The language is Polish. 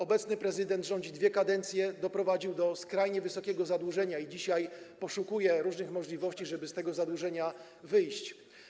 Obecny prezydent rządzi dwie kadencje, doprowadził do skrajnie wysokiego zadłużenia i dzisiaj poszukuje różnych możliwości, żeby z tego zadłużenia wyjść.